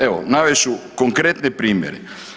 Evo navest ću konkretne primjere.